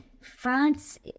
France